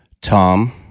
Tom